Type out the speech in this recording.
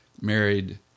married